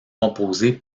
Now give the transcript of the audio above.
composé